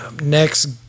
Next